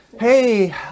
Hey